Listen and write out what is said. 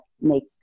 make